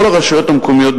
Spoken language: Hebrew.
לכל הרשויות המקומיות,